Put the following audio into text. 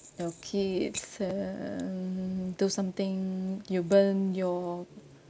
okay it's say mm do something you burn your